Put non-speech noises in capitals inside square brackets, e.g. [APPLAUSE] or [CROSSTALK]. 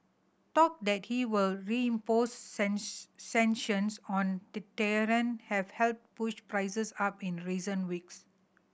talk that he will reimpose [UNINTELLIGIBLE] sanctions on Tehran have helped push prices up in recent weeks